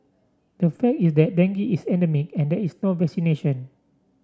the fact is that dengue is endemic and there is no vaccination